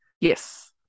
Yes